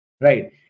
Right